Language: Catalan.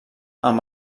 amb